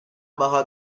باهات